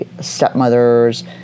stepmothers